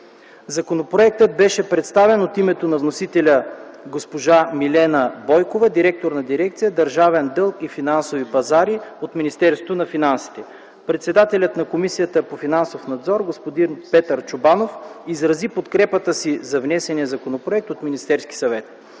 Законопроектът беше представен от името на вносителя от госпожа Милена Бойкова – директор на дирекция „Държавен дълг и финансови пазари” в Министерството на финансите. Председателят на Комисията по финансов надзор господин Петър Чобанов изрази подкрепата си за внесения законопроект от Министерския съвет.